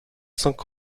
cinq